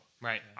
Right